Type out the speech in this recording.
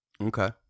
Okay